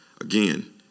again